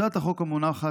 הצעת החוק המונחת